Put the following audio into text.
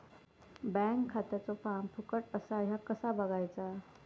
Bank खात्याचो form फुकट असा ह्या कसा बगायचा?